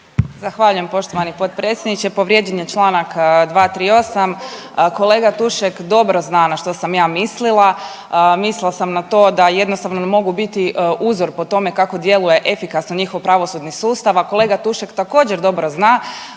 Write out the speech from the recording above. Zahvaljujem poštovani potpredsjedniče. Povrijeđen je čl. 238., kolega Tušek dobro zna na što sam ja mislila. Mislila sam na to da jednostavno ne mogu biti uzor po tome kako djeluje efikasno njihov pravosudni sustav, a kolega Tušek također dobro zna